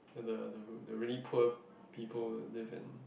where the really poor people live in